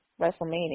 Wrestlemania